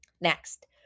Next